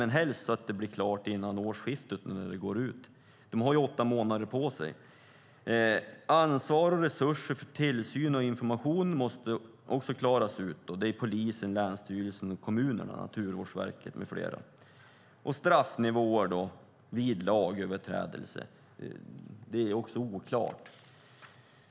Helst vill vi att det blir klart innan årsskiftet när överenskommelsen om samarbete går ut. De har ju åtta månader på sig. Ansvar och resurser för tillsyn och information måste också klaras ut. Det är polisen, länsstyrelsen, kommunerna, Naturvårdsverket med flera. Frågan om straffnivåer vid lagöverträdelse är också oklar.